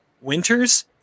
Winters